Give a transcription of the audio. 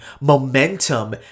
momentum